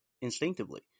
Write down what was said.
instinctively